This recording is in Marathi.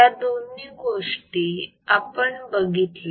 या दोन गोष्टी आपण बघितल्या